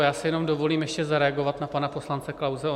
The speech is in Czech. Já si jenom dovolím ještě zareagovat na pana poslance Klause.